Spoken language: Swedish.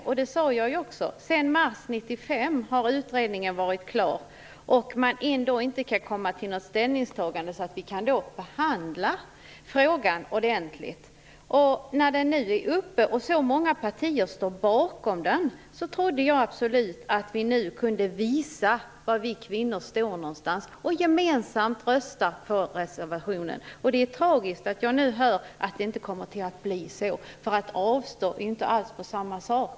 Som jag sade har utredningen varit klar sedan mars 1995. Ändå har man inte kunnat ta ställning så att vi kan behandla frågan ordentligt. När frågan nu är uppe och så många partier står bakom detta, trodde jag absolut att vi nu kunde visa var vi kvinnor står någonstans och gemensamt rösta för reservationen. Det är tragiskt att det nu inte blir så. Att avstå är inte alls samma sak.